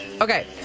Okay